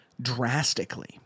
drastically